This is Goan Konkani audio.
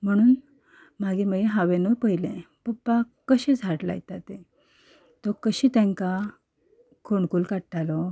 म्हणून मागीर मागीर हांवेनूय पयलें पप्पा कशें झाड लायता तें तो कशी तेंकां फोंडकूल काडटालो